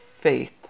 faith